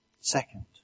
Second